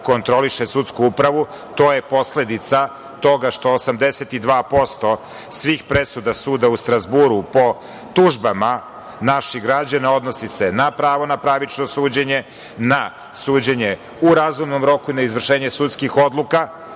kontroliše sudsku upravu, to je posledica toga što 82% svih presuda suda u Strazburu po tužbama naših građana odnosi se na pravo na pravično suđenje, na suđenje u razumnom roku, na izvršenje sudskih odluka